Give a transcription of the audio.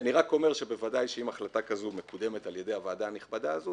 אני רק אומר שבוודאי שאם החלטה כזו מקודמת על ידי הוועדה הנכבדה הזו,